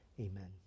Amen